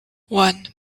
one